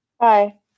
Hi